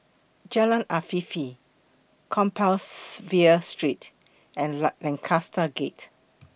Jalan Afifi Compassvale Street and Lancaster Gate